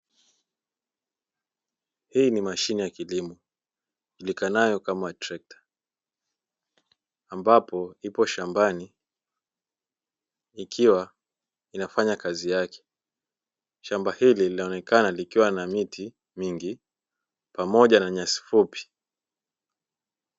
Hii ni mashine ya kilimo ijulikanayo kama trekta, ambapo ipo shambani ikiwa inafanya kazi yake. Shamba hili linaonekana likiwa na miti mingi, pamoja na nyasi fupi.